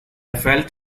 felt